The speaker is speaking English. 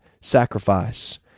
sacrifice